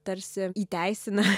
tarsi įteisina